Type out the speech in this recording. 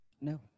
No